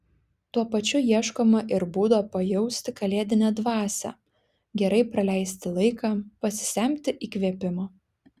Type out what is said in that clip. tuo pačiu ieškoma ir būdo pajausti kalėdinę dvasią gerai praleisti laiką pasisemti įkvėpimo